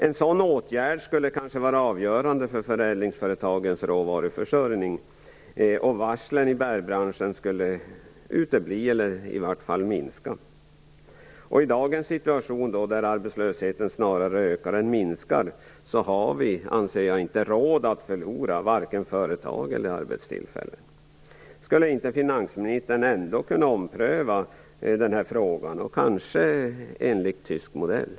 En sådan åtgärd skulle kanske vara avgörande för förädlingsföretagens råvaruförsörjning, och varslen inom bärbranschen skulle utebli eller i vart fall minska. I dag, när arbetslösheten snarare ökar än minskar, anser jag att vi inte har råd att förlora vare sig företag eller arbetstillfällen. Skulle inte finansministern kunna ompröva den här frågan och kanske införa den tyska modellen?